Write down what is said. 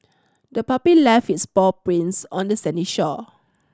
the puppy left its paw prints on the sandy shore